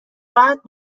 راحت